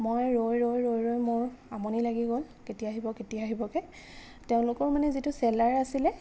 মই ৰৈ ৰৈ ৰৈ ৰৈ মোৰ আমনি লাগি গ'ল কেতিয়া আহিব কেতিয়া আহিবকে তেওঁলোকৰো মানে যিটো চেলাৰ আছিল